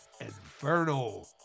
Inferno